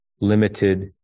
limited